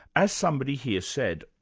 as somebody here said,